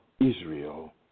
Israel